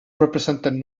represented